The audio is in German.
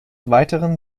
weiteren